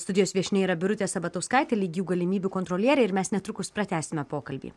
studijos viešnia yra birutė sabatauskaitė lygių galimybių kontrolierė ir mes netrukus pratęsime pokalbį